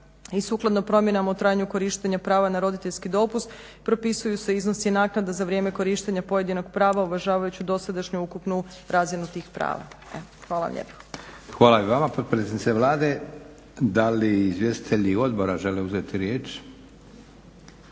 sukladno promjenama u korištenja prava na roditeljski dopust propisuju se iznosi i naknada za vrijeme korištenja pojedinog prava uvažavajući dosadašnju ukupnu razinu tih prava. Evo hvala lijepo. **Leko, Josip (SDP)** Hvala i vama potpredsjednice Vlade. Da li izvjestitelji odbora žele uzeti riječ?